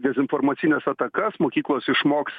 dezinformacines atakas mokyklos išmoks